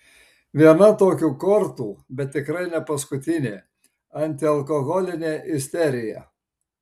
viena tokių kortų bet tikrai ne paskutinė antialkoholinė isterija